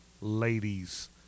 ladies